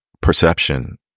perception